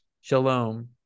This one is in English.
Shalom